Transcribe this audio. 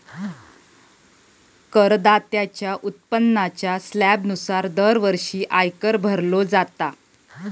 करदात्याच्या उत्पन्नाच्या स्लॅबनुसार दरवर्षी आयकर भरलो जाता